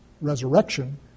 resurrection